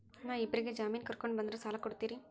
ನಾ ಇಬ್ಬರಿಗೆ ಜಾಮಿನ್ ಕರ್ಕೊಂಡ್ ಬಂದ್ರ ಸಾಲ ಕೊಡ್ತೇರಿ?